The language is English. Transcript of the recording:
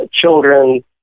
children